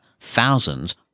thousands